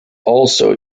also